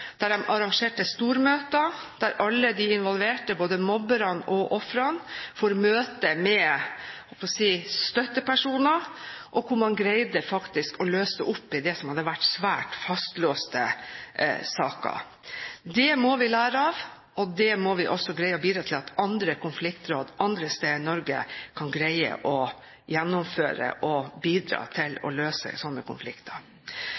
arrangerte stormøter der alle de involverte, både mobberne og ofrene, fikk møte støttepersoner, og hvor man faktisk greide å løse opp i det som hadde vært svært fastlåste saker. Det må vi lære av. Vi må også bidra til at konfliktråd andre steder i Norge kan greie å løse slike konflikter. Høyre har også tro på en tanke om å knytte politikontakter til